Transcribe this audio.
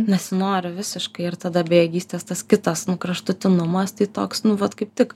nesinori visiškai ir tada bejėgystės tas kitas kraštutinumas tai toks nu vat kaip tik